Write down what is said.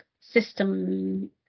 system